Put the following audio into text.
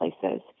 places